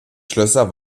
schlösser